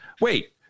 wait